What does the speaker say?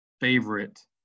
favorite